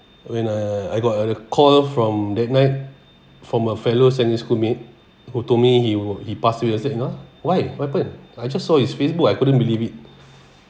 when I I got a call from that night from a fellow secondary schoolmate who told me he will he passed away I said ha why what happened I just saw his facebook I couldn't believe it